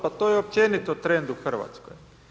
Pa to je općenito trend u Hrvatskoj.